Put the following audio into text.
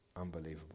unbelievable